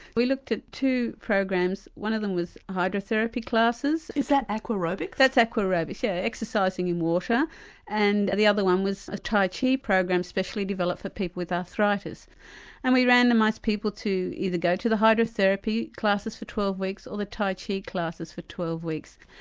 we looked at two programs. one of them was hydrotherapy classes. is that aquarobics? that's aquarobics yes, exercising in water and the other one was a tai chi program especially developed for people with arthritis and we randomised people to either go to the hydrotherapy classes for twelve weeks or the tai chi classes for twelve weeks.